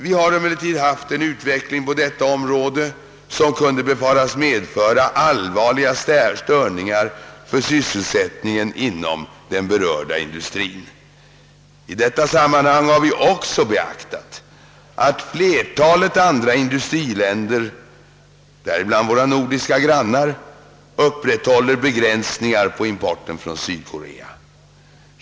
Vi har emellertid haft en utveckling på detta område som kunde befaras medföra allvarliga störningar för sysselsättningen inom den berörda industrien. I detta sammanhang har vi också beaktat att flertalet andra industriländer — däribland våra nordiska grannar — upprätthåller begränsningar på importen från Sydkorea.